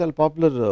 popular